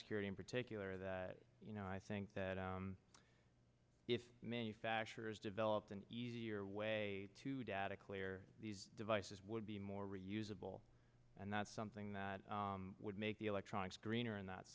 security in particular that you know i think that if manufacturers developed an easier way to data clear these devices would be more reusable and that's something that would make the electronics greener in that